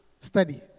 study